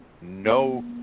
No